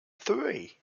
three